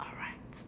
alright